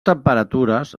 temperatures